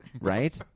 Right